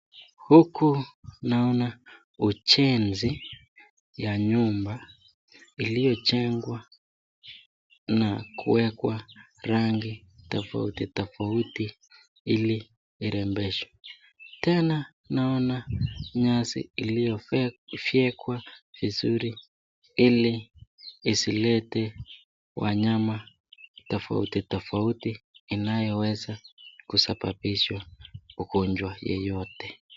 Huku naona ujenzi ya nyumba iliyojengwa na kuwekwa rangi tofauti tofauti ili irembeshe. Tena naona nyasi iliyofyekwa vizuri ili isilete wanyama tofauti tofauti inayoweza kusababisha ugonjwa yeyote.